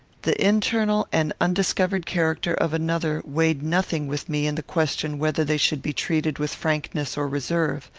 the internal and undiscovered character of another weighed nothing with me in the question whether they should be treated with frankness or reserve.